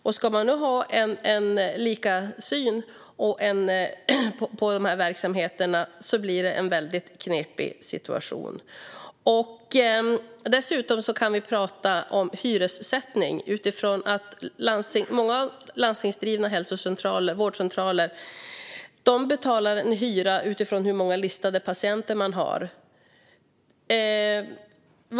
Om man ska ha lika syn på dessa verksamheter blir det en väldigt knepig situation. Vi kan dessutom prata om hyressättning. Många landstingsdrivna hälsocentraler och vårdcentraler betalar hyra utifrån hur många listade patienter de har.